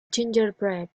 gingerbread